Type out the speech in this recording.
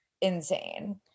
insane